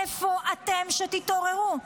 איפה אתם שתתעוררו?